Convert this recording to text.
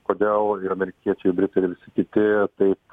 kodėl ir amerikiečiai ir britai ir visi kiti taip